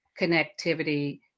connectivity